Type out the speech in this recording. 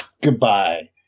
goodbye